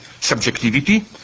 subjectivity